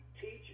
teach